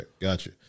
gotcha